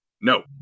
No